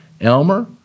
Elmer